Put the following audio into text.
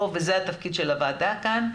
פה וזה התפקיד של הוועדה כאן,